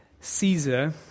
Caesar